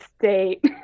state